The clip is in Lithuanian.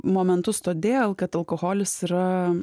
momentus todėl kad alkoholis yra